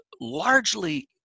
largely